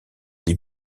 des